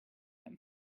him